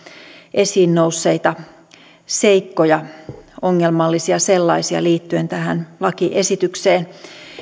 esiin nousseita seikkoja ongelmallisia sellaisia liittyen tähän lakiesitykseen